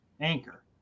Anchor